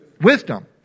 Wisdom